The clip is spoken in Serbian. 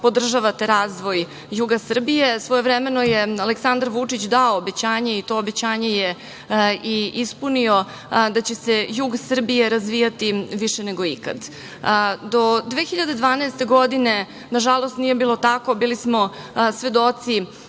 podržavate razvoj juga Srbije. Svojevremeno je Aleksandar Vučić dao obećanje i to obećanje je i ispunio, da će se jug Srbije razvijati više nego ikad. Do 2012. godine, nažalost, nije bilo tako. Bili smo svedoci